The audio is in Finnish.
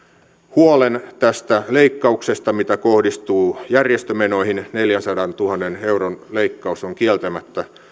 huolen tästä leikkauksesta mikä kohdistuu järjestömenoihin neljänsadantuhannen euron leikkaus on kieltämättä